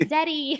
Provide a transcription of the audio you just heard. Daddy